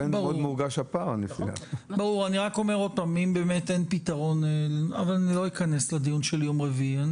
אני לא אכנס לדיון שיתקיים בוועדת הפנים ביום רביעי.